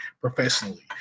professionally